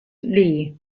lee